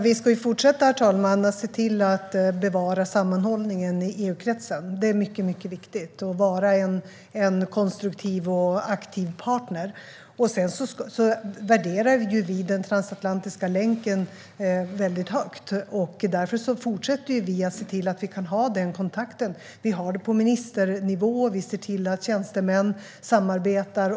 Herr talman! Vi ska fortsätta att bevara sammanhållningen i EU-kretsen - det är mycket viktigt - och vara en konstruktiv och aktiv partner. Vi värderar den transatlantiska länken högt. Därför fortsätter vi att se till att vi kan ha den kontakten. Vi har den på ministernivå, och vi ser till att tjänstemän samarbetar.